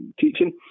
teaching